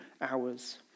hours